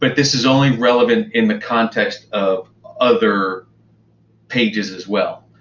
but this is only relevant in the context of other pages as well.